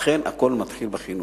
אכן, הכול מתחיל בחינוך.